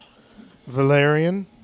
Valerian